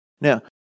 Now